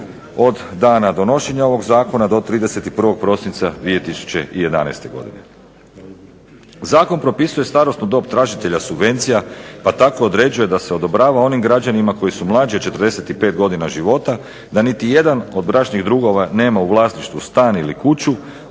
od dana donošenja ovog zakona do 31. prosinca 2011. godine. Zakon propisuje starosnu dob tražitelja subvencija, pa tako određuje da se odobrava onim građanima koji su mlađi od 45 godina života, da niti jedan od bračnih drugova nema u vlasništvu stan ili kuću,